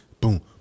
Boom